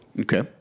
Okay